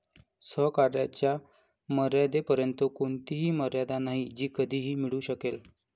सहकार्याच्या मर्यादेपर्यंत कोणतीही मर्यादा नाही जी कधीही मिळू शकेल